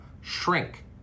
shrink